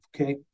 okay